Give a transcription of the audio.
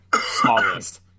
smallest